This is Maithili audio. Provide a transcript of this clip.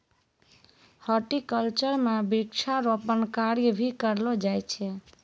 हॉर्टिकल्चर म वृक्षारोपण कार्य भी करलो जाय छै